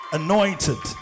anointed